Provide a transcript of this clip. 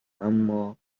اما